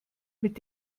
mit